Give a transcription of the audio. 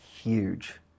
huge